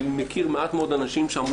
אני מכיר מעט מאוד אנשים שאמרו,